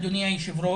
לכן, אדוני היושב-ראש,